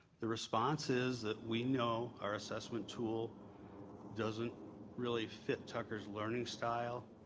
the response is that we know our assessment tool doesn't really fit tucker's learning style,